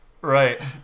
Right